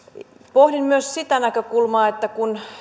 pohdin myös sitä näkökulmaa että kun